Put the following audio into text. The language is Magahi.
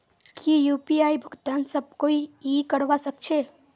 की यु.पी.आई भुगतान सब कोई ई करवा सकछै?